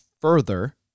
further